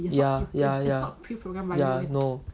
ya ya ya no